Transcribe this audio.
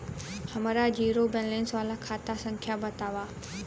हमार zero balance वाला खाता संख्या वतावा?